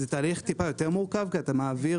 זה תהליך טיפה יותר מורכב כי אתה מעביר